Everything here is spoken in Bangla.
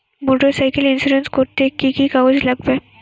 মোটরসাইকেল ইন্সুরেন্স করতে কি কি কাগজ লাগবে?